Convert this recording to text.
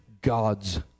God's